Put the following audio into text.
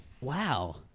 wow